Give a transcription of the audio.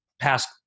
past